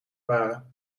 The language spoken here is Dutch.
waren